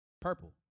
purple